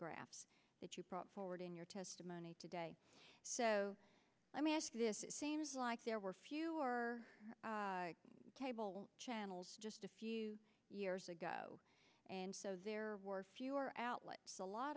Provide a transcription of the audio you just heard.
graph that you brought forward in your testimony today so let me ask you this it seems like there were few or cable channels just a few years ago and so there were fewer outlets a lot